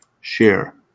share